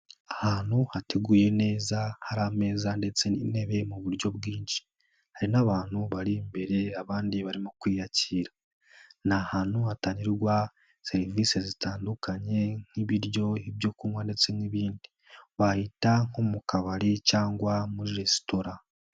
Ahantu hateguye neza, hari ameza ndetse n'intebe mu buryo bwinshi, hari n'abantu bari imbere, abandi barimo kwiyakira. Ni ahantu hatangirwa serivise zitandukanye nk'ibiryo, ibyo kunywa ndetse n'ibindi, wahita nko mu kabari cyangwa muri resitora.